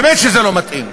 באמת שזה לא מתאים.